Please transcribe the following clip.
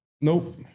Nope